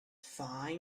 fine